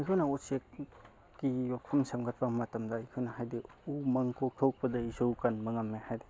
ꯑꯩꯈꯣꯏꯅ ꯎꯆꯦꯛꯀꯤ ꯌꯣꯛꯐꯝ ꯁꯦꯝꯒꯠꯄ ꯃꯇꯝꯗ ꯑꯩꯈꯣꯏꯅ ꯍꯥꯏꯕꯗꯤ ꯎꯃꯪ ꯀꯣꯛꯊꯣꯛꯄꯗꯒꯤꯁꯨ ꯀꯟꯕ ꯉꯝꯂꯦ ꯍꯥꯏꯕꯗꯤ